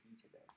today